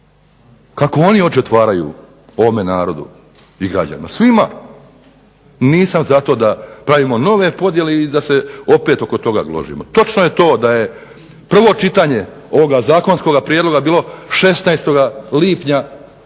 Kako oni oči otvaraju ovome narodu i građanima, svima. Nisam za to da pravimo nove podjele i da se opet oko toga gložimo. Točno je to da je prvo čitanje ovog zakonskog prijedloga bilo 16. lipnja